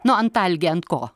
nu antalgė ant ko